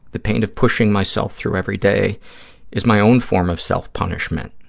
the pain of pushing myself through every day is my own form of self-punishment,